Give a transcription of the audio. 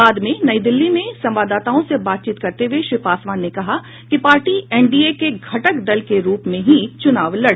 बाद में नई दिल्ली में संवाददाताओं से बातचीत करते हुए श्री पासवान ने कहा कि पार्टी एनडीए के घटक दल के रूप में ही चुनाव लड़ेगी